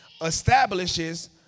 establishes